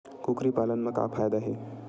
कुकरी पालन म का फ़ायदा हे?